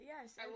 Yes